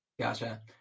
gotcha